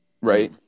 Right